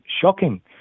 shocking